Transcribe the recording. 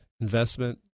investment